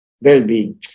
well-being